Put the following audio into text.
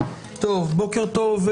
בוקר טוב,